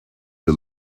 the